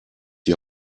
die